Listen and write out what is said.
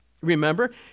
Remember